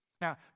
Now